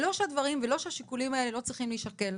זה לא שהדברים ולא שהשיקולים האלה לא צריכים להישקל,